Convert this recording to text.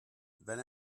then